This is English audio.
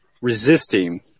resisting